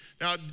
Now